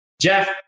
Jeff